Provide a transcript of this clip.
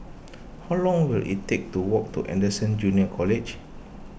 how long will it take to walk to Anderson Junior College